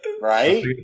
Right